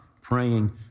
praying